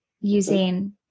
using